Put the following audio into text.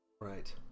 Right